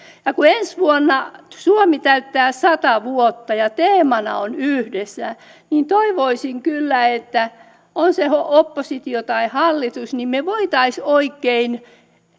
kun ensi vuonna suomi täyttää sata vuotta ja teemana on yhdessä niin toivoisin kyllä että on se oppositio tai hallitus niin me voisimme oikein